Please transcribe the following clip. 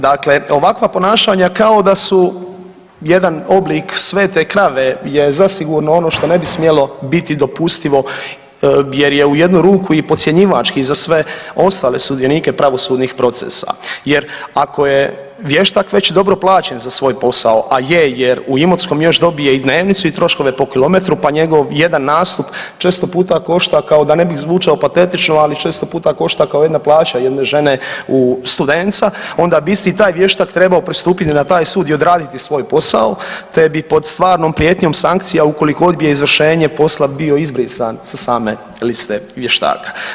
Dakle, ovakva ponašanja kao da su jedan oblik svete krave je zasigurno ono što ne bi smjelo biti dopustivo jer je u jednu ruku i podcjenjivački za sve ostale sudionike pravosudnih procesa jer ako je vještak već dobro plaćen na svoj posao, a je jer u Imotskom još dobije i dnevnicu i troškove po kilometru pa njegov jedan nastup često puta košta kao, da ne bi zvučao patetično, ali često puta košta kao jedna plaća jedne žene u Studenca, onda bi isti taj vještak trebao pristupiti na taj sud i odraditi svoj posao te bi pod stvarnom sankcijom ukoliko odbije izvršenje posla bio izbrisan sa same liste vještaka.